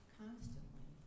constantly